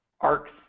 arcs